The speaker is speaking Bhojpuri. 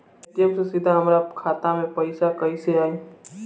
पेटीएम से सीधे हमरा खाता मे पईसा कइसे आई?